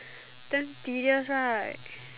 damn tedious right